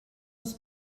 els